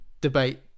debate